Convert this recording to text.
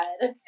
God